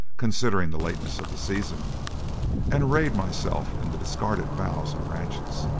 considering the lateness of the season and arrayed myself in the discarded boughs and branches,